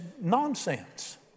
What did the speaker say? nonsense